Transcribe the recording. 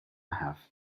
have